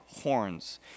horns